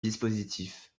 dispositif